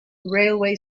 railway